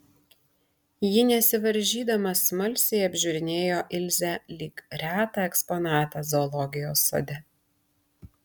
ji nesivaržydama smalsiai apžiūrinėjo ilzę lyg retą eksponatą zoologijos sode